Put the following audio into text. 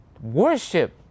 Worship